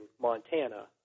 montana